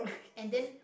and then